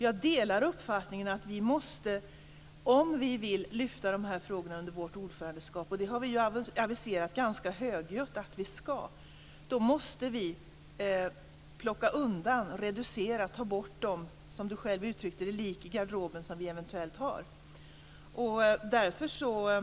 Jag delar uppfattningen att vi, om vi vill lyfta dessa frågor under vårt ordförandeskap - det har vi aviserat ganska högljutt att vi ska - måste plocka undan, reducera och ta bort de lik i garderoben som vi eventuellt har, som Inger Strömbom själv uttryckte det.